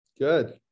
Good